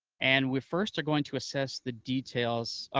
and we first are going to access the details.